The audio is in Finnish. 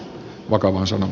olkaa hyvä